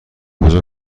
کجا